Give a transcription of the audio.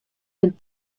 bin